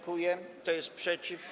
Kto jest przeciw?